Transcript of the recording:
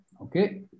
Okay